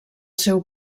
seu